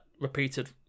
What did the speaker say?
repeated